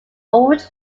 old